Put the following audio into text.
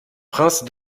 prince